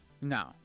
No